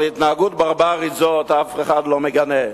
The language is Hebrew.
אבל התנהגות ברברית זו אף אחד לא מגנה,